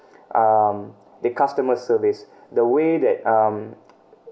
um the customer service the way that um